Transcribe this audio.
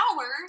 hours